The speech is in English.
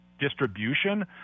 distribution